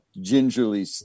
gingerly